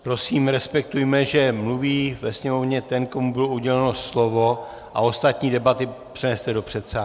Prosím, respektujme, že mluví ve sněmovně ten, komu bylo uděleno slovo, a ostatní debaty přeneste do předsálí.